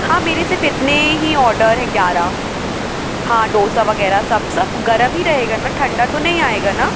हाँ मेरे सिर्फ़ इतने ही ऑडर हैं ग्यारह हाँ डोसा वग़ैरह सब सब गर्म ही रहेगा ना ठंडा तो नई आएगा ना